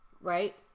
right